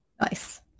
Nice